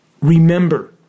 remember